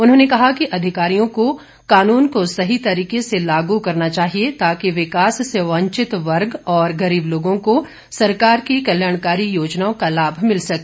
उन्होंने कहा कि अधिकारियों को कानून को सही तरीके से लागू करना चाहिए ताकि विकास से वंचित वर्ग और गरीब लोगों को सरकार की कल्याणकारी योजनाओं का लाभ मिल सके